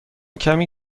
کمی